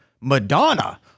Madonna